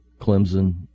Clemson